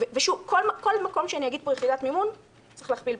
כל מקום שאגיד פה "יחידת מימון" צריך להכפיל ב-0.8,